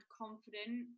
confident